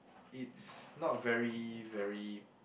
it's not very very